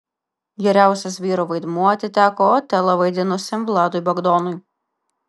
geriausias vyro vaidmuo atiteko otelą vaidinusiam vladui bagdonui